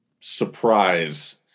surprise